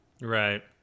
right